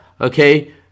Okay